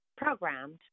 programmed